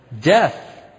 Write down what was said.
Death